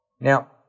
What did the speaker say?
Now